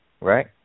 Right